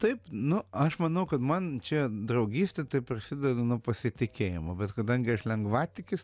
taip nu aš manau kad man čia draugystė tai prasideda nuo pasitikėjimo bet kadangi aš lengvatikis